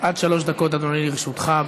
עד שלוש דקות, אדוני, לרשותך.